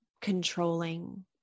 controlling